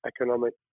economic